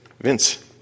Vince